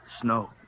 Snow